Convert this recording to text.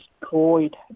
destroyed